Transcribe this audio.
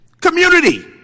community